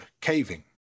caving